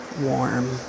warm